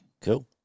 Cool